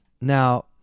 now